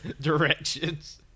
directions